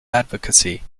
advocacy